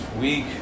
week